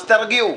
אז תרגיעו.